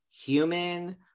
human